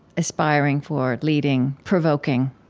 aspiring for, leading, provoking.